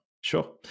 Sure